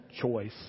choice